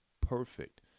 perfect